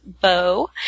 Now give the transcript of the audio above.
bow